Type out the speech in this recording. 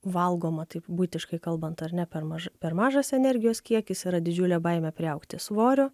valgoma taip buitiškai kalbant ar ne per mažai per mažas energijos kiekis yra didžiulė baimė priaugti svorio